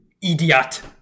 idiot